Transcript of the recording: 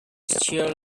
chair